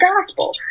gospel